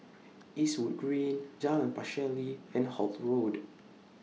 Eastwood Green Jalan Pacheli and Holt Road